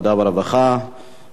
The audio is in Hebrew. אנחנו ממשיכים בסדר-היום,